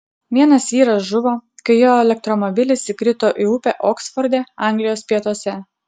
vienas vyras žuvo kai jo elektromobilis įkrito į upę oksforde anglijos pietuose